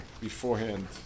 beforehand